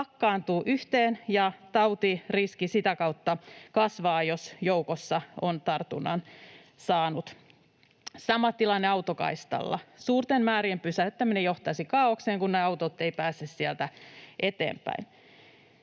pakkaantuvat yhteen ja tautiriski sitä kautta kasvaa, jos joukossa on tartunnan saanut. Sama tilanne on autokaistalla. Suurten määrien pysäyttäminen johtaisi kaaokseen, kun ne autot eivät pääse sieltä eteenpäin.